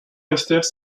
restèrent